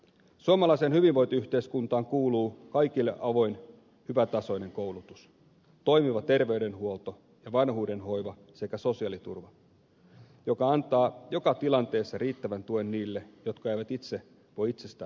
suomalaiseen hyvinvointiyhteiskuntaan kuuluu kaikille avoin hyvätasoinen koulutus toimiva terveydenhuolto ja vanhuudenhoiva sekä sosiaaliturva joka antaa joka tilanteessa riittävän tuen niille jotka eivät itse voi itsestään huolehtia